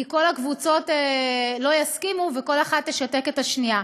כי כל הקבוצות לא יסכימו, וכל אחת תשתק את השנייה.